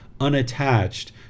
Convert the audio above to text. unattached